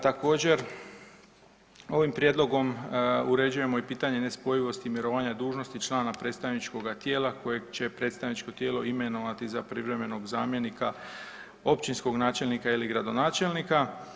Također ovim prijedlogom uređujemo i pitanje nespojivosti i mirovanja dužnosti člana predstavničkoga tijela koje će predstavničko tijelo imenovati za privremenog zamjenika općinskog načelnika ili gradonačelnika.